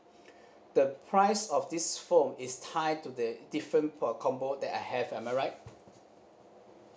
the price of this phone is tied to the different uh combo that I have am I right